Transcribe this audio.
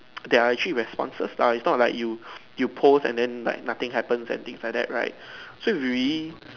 there are actually responses lah it's not like you you post and then like nothing happens and things like that right so you really